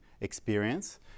experience